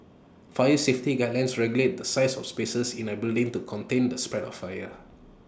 fire safety guidelines regulate the size of spaces in A building to contain the spread of fire